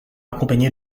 accompagné